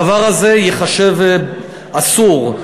הדבר הזה ייחשב אסור.